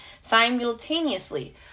simultaneously